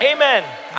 Amen